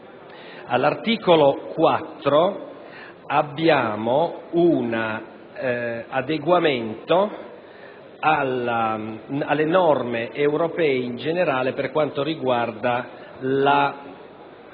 All'articolo 4 abbiamo un adeguamento alle norme europee in generale per quanto riguarda la